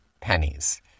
pennies